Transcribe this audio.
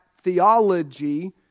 theology